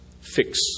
fix